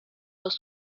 los